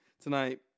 tonight